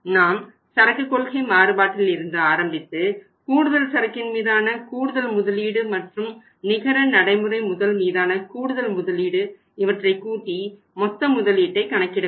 நாம் சரக்கு கொள்கை மாறுபாட்டில் இருந்து ஆரம்பித்து கூடுதல் சரக்கின் மீதான கூடுதல் முதலீடு மற்றும் நிகர நடைமுறை முதல் மீதான கூடுதல் முதலீடு இவற்றை கூட்டி மொத்த முதலீட்டை கணக்கிட வேண்டும்